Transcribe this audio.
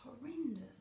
horrendous